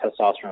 testosterone